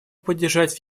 поддержать